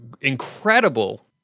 incredible